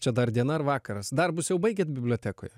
čia dar diena ar vakaras darbus jau baigėt bibliotekoj